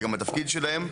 זה גם התפקיד שלהן.